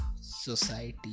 society